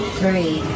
three